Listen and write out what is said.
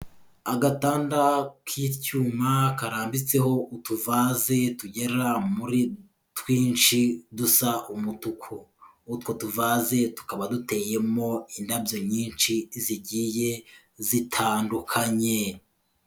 Agatanda k'icyuma karambitseho utuvaze tugera muri twinshi dusa umutuku, utwo tuvage tukaba duteyemo indabyo nyinshi zigiye zitandukanye.